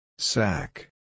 Sack